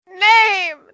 Name